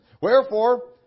Wherefore